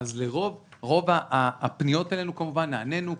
אבל לרוב הפניות האלה נענינו,